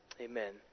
Amen